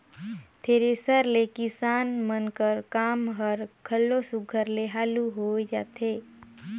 thresher ले किसान मन कर काम हर घलो सुग्घर ले हालु होए जाथे